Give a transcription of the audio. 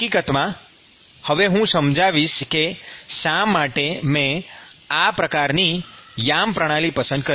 હકીકતમાં હવે હું સમજાવીશ કે શા માટે મેં આ પ્રકારની યામ પ્રણાલી પસંદ કરી